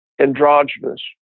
androgynous